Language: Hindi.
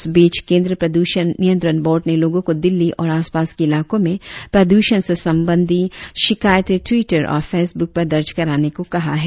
इस बीच केंद्रीय प्रदूषण नियंत्रण बोर्ड ने लोगो को दिल्ली और आसपास के इलाकों में प्रदूषण से संबंधी शिकायते ट्विटर और फेसबुक पर दर्ज कराने को कहा है